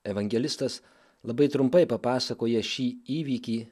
evangelistas labai trumpai papasakoja šį įvykį